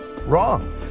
Wrong